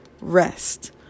rest